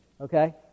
Okay